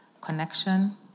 connection